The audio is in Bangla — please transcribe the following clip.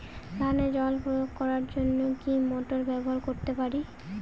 ধানে জল প্রয়োগ করার জন্য কি মোটর ব্যবহার করতে পারি?